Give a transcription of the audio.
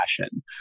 passion